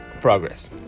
Progress